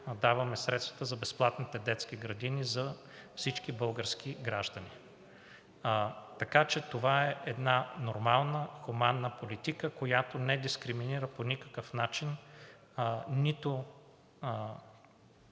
даваме средствата за безплатните детски градини за всички български граждани. Така че това е една нормална хуманна политика, която не дискриминира по никакъв начин нито